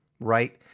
right